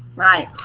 right.